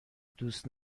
دوست